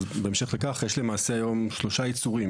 בהמשך לכך, יש למעשה היום שלושה עיצורים.